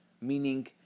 meaning